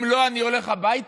אם לא, אני הולך הביתה?